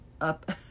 up